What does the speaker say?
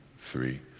three,